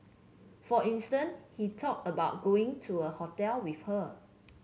for he talked about going to a hotel with her